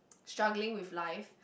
struggling with life